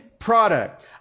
Product